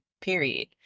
period